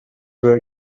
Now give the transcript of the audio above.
were